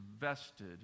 vested